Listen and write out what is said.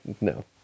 No